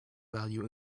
value